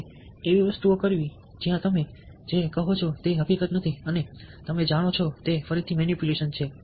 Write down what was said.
અને એવી વસ્તુઓ કરવી જ્યાં તમે જે કહો છો તે હકીકત નથી અને તમે જાણો છો તે ફરીથી મેનીપ્યુલેશન છે